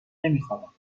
نمیخوابم